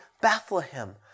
Bethlehem